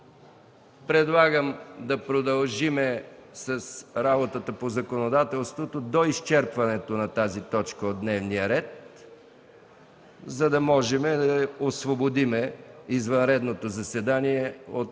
Предлагам да продължим с работата по законодателството до изчерпването на тази точка от дневния ред, за да можем да освободим извънредното заседание от